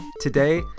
Today